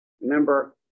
remember